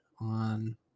on